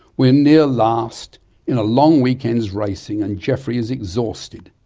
we're near last in a long weekend's racing and geoffrey is exhausted.